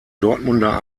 dortmunder